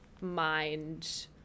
mind